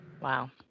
Wow